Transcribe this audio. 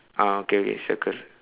ah okay okay circle